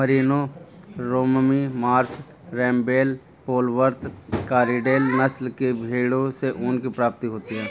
Merino, Romney Marsh, रेम्बेल, Polwarth, Corriedale नस्ल की भेंड़ों से ऊन की प्राप्ति होती है